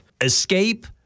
escape